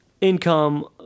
income